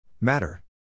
Matter